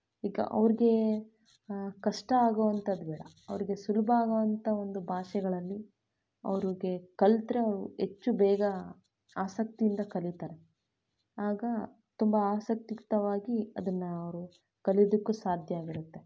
ಈಗ ಅವ್ರಿಗೆ ಕಷ್ಟ ಆಗುವಂಥದ್ದು ಬೇಡ ಅವ್ರಿಗೆ ಸುಲಭ ಆಗುವಂಥ ಒಂದು ಭಾಷೆಗಳಲ್ಲಿ ಅವ್ರಿಗೆ ಕಲಿತ್ರೆ ಅವು ಹೆಚ್ಚು ಬೇಗ ಆಸಕ್ತಿಯಿಂದ ಕಲೀತಾರೆ ಆಗ ತುಂಬ ಆಸಕ್ತಿಯುತವಾಗಿ ಅದನ್ನು ಅವರು ಕಲಿಯೂದಕ್ಕೂ ಸಾಧ್ಯ ಆಗಿ ಬಿಡುತ್ತೆ